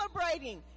celebrating